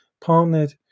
partnered